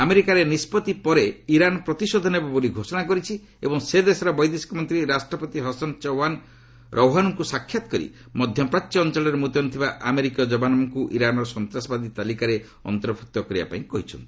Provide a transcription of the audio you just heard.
ଆମେରିକାର ଏହି ନିଷ୍ପଭି ପରେ ଇରାନ ପ୍ରତିଶୋଧ ନେବ ବୋଲି ଘୋଷଣା କରିଛି ଏବଂ ସେ ଦେଶର ବୈଦେଶିକ ମନ୍ତ୍ରୀ ରାଷ୍ଟ୍ରପତି ହସନ ରୌହାନୀଙ୍କୁ ସାକ୍ଷାତ କରି ମଧ୍ୟପ୍ରାଚ୍ୟ ଅଞ୍ଚଳରେ ମୁତୟନ ଥିବା ଆମେରିକୀୟ ଯବାନମାନଙ୍କୁ ଇରାନର ସନ୍ତାସବାଦୀ ତାଲିକାରେ ଅନ୍ତର୍ଭୁକ୍ତ କରିବା ପାଇଁ କହିଛନ୍ତି